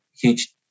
huge